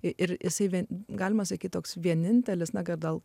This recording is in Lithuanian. ir jisai vien galima sakyti toks vienintelis na gal